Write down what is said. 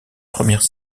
premières